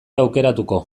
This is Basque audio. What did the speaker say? aukeratuko